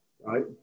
Right